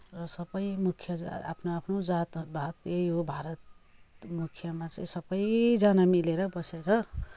र सबै मुख्य आफ्नो आफ्नो जातभात यही हो भारत मुख्यमा चाहिँ सबैजना मिलेर बसेर